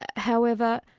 ah however,